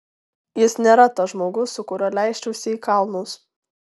jis nėra tas žmogus su kuriuo leisčiausi į kalnus